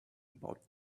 about